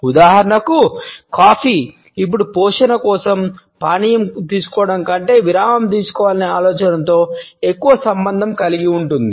ఉదాహరణకు కాఫీ ఇప్పుడు పోషణ కోసం పానీయం తీసుకోవడం కంటే విరామం తీసుకోవాలనే ఆలోచనతో ఎక్కువ సంబంధం కలిగి ఉంది